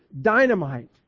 dynamite